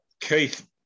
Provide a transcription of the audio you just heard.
Keith